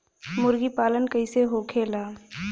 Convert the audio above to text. मुर्गी पालन कैसे होखेला?